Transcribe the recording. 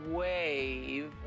wave